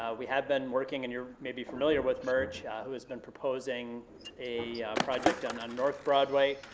we have been working, and you may be familiar with merge, who has been proposing a project on on north broadway.